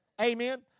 Amen